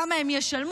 כמה הם ישלמו,